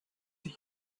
ich